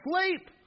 sleep